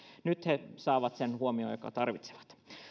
nyt he saavat sen huomion jonka tarvitsevat